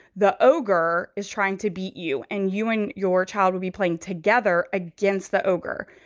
the ogre is trying to beat you and you and your child will be playing together against the ogre.